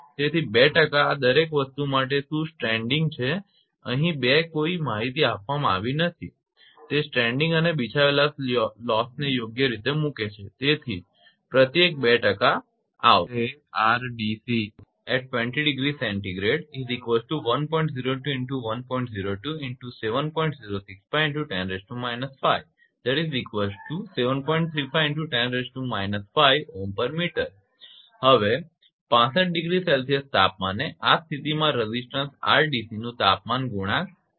તેથી 2 ટકા આ દરેક વસ્તુ માટે શું સ્ટ્રેન્ડિંગ છે 2 અહીં કોઈ માહિતી આપવામાં આવી નથી તે સ્ટ્રેન્ડિંગ અને બિછાવેલા લોસને યોગ્ય રીતે મૂકે છે તેથી જ પ્રત્યેક 2 ટકા આવશે હવે 65 ડિગ્રી સેલ્સિયસ તાપમાને આ સ્થિતિમાં રેઝિસ્ટન્સ 𝑅𝑑𝑐 નું તાપમાન ગુણાંક 0